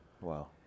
Wow